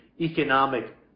economic